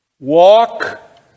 Walk